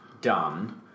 done